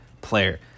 player